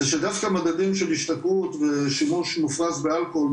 זה שדווקא מדדים של השתכרות ושימוש מופרז באלכוהול,